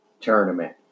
tournament